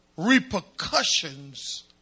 repercussions